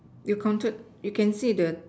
you counted you can see the